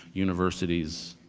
universities,